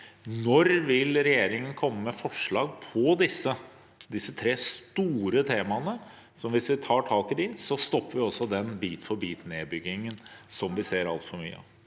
Når vil regjeringen komme med forslag om disse tre store temaene? For hvis vi tar tak i dem, stopper vi også den bit-for-bit-nedbyggingen som vi ser altfor mye av.